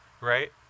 right